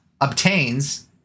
obtains